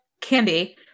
candy